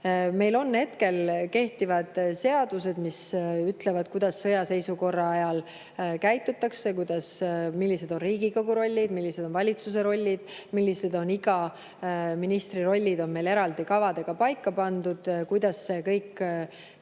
Meil on kehtivad seadused, mis ütlevad, kuidas sõjaseisukorra ajal käitutakse, millised on Riigikogu rollid, millised on valitsuse rollid, millised on iga ministri rollid. Meil on eraldi kavadega paika pandud, kuidas see kõik